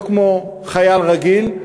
לא כמו חייל רגיל,